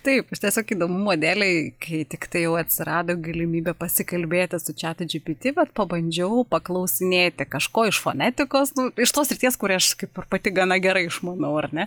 taip aš tiesiog įdomumo dėlei kai tiktai jau atsirado galimybė pasikalbėti su čatu džipiti vat pabandžiau paklausinėti kažko iš fonetikos iš tos srities kurią aš kaip ir pati gana gerai išmanau ar ne